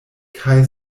kaj